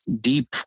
deep